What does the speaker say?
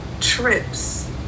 trips